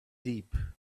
deep